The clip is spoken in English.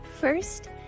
First